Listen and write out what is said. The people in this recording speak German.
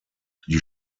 die